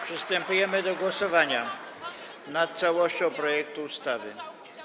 Przystępujemy do głosowania nad całością projektu ustawy.